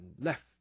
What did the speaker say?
left